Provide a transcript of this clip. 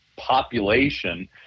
Population